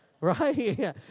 Right